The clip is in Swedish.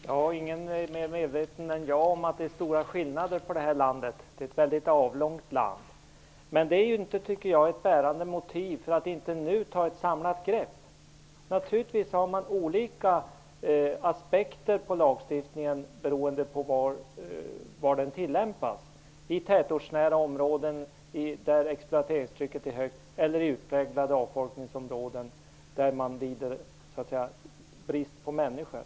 Fru talman! Ingen är mer medveten än jag om att det är stora skillnader i det här landet. Det är ett väldigt avlångt land. Men det är ju inte ett bärande motiv för att man inte nu skall ta ett samlat grepp. Naturligtvis har man olika aspekter på lagstiftningen beroende på var den tillämpas, i tätortsnära områden där exploateringstrycket är högt eller i avfolkningsområden där man lider så att säga brist på människor.